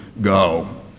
go